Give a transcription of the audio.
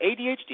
ADHD